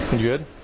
good